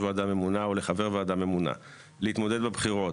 ועדה ממונה או לחבר ועדה ממונה להתמודד בבחירות,